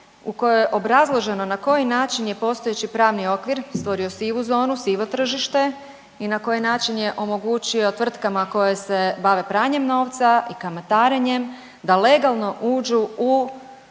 U kojoj je obrazloženo na koji način je postojeći pravni okvir stvorio sivu zonu, sivo tržište i na koji način je omogućio tvrtkama koje bave pranjem novca i kamatarenjem da legalno uđu u